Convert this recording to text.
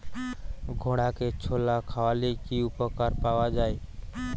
ঘোড়াকে ছোলা খাওয়ালে কি উপকার পাওয়া যায়?